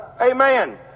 Amen